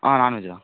ஆ நாண்வெஜா